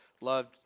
loved